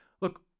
Look